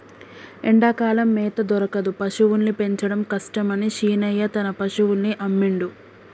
ఎండాకాలం మేత దొరకదు పశువుల్ని పెంచడం కష్టమని శీనయ్య తన పశువుల్ని అమ్మిండు